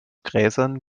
gräsern